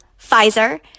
Pfizer